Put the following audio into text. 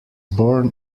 born